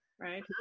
right